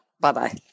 Bye-bye